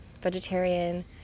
Vegetarian